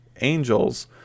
angels